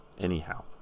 anyhow